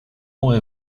aurez